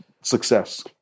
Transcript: success